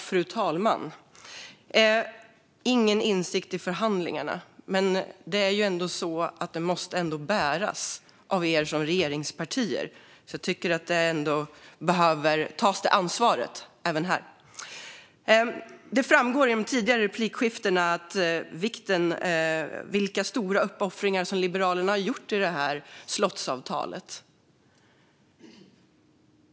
Fru talman! Ni har ingen insyn i förhandlingarna, men detta måste ändå bäras av er regeringspartier. Jag tycker att man behöver ta ansvar även här. Det framgår av tidigare replikskiften vilka stora uppoffringar som Liberalerna har gjort i detta slottsavtal.